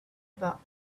about